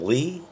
Lee